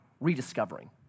rediscovering